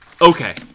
Okay